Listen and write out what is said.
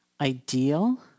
ideal